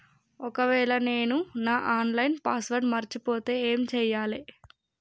ఒకవేళ నేను నా ఆన్ లైన్ పాస్వర్డ్ మర్చిపోతే ఏం చేయాలే?